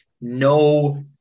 no